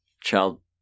child